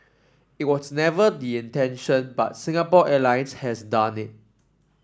it was never the intention but Singapore Airlines has done it